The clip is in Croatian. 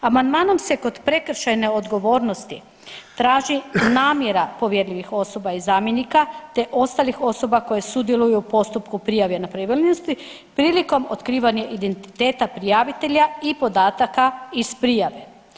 Amandmanom se kod prekršajne odgovornosti traži namjera povjerljivih osoba i zamjenika, te ostalih osoba koje sudjeluju u postupku prijave nepravilnosti prilikom otkrivanja identiteta prijavitelja i podataka iz prijave.